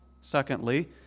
Secondly